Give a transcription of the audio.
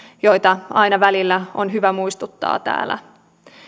joista aina välillä on hyvä muistuttaa täällä